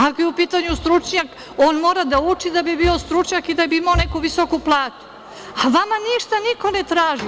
Ako je u pitanju stručnjak, on mora da uči da bi bio stručnjak i da bi imao neku visoku platu, a vama niko ništa ne traži.